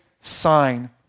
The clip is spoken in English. sign